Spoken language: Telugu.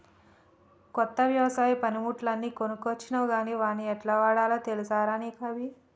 కొత్త వ్యవసాయ పనిముట్లు అన్ని కొనుకొచ్చినవ్ గని వాట్ని యెట్లవాడాల్నో తెలుసా రా నీకు అభి